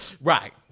right